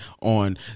on